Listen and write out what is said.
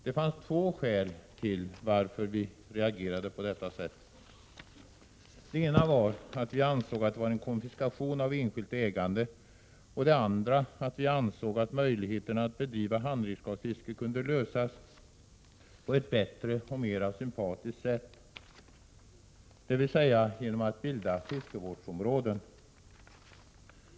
Det fanns två skäl till att vi reagerade på detta sätt. Det ena var att vi ansåg det vara en konfiskation av enskilt ägande, och det andra att vi ansåg att möjligheterna att bedriva handredskapsfiske kunde förbättras på ett bättre och mer sympatiskt sätt, dvs. genom att bilda fiskevårdsområden.